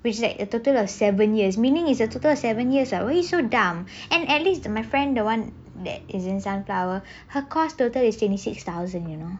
which like a total of seven years meaning it's a total of seven years like why you so dumb and at least my friend the one that is in sunflower her course total is twenty six thousand you know